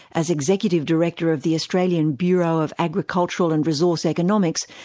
as executive director of the australian bureau of agricultural and resource economics,